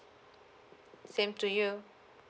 same to you